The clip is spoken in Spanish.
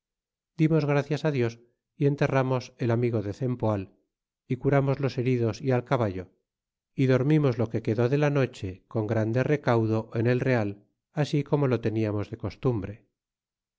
dimos gracias dios y enterramos el amigo de cempoal y curamos los heridos y al caballo y dormimos lo que quedó de la noche con grande recaudo en el real así como lo teniamos de costumbre